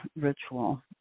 ritual